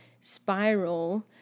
spiral